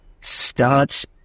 Starts